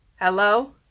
hello